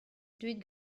deuit